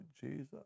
Jesus